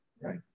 right